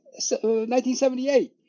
1978